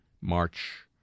March